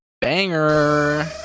banger